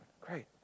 Great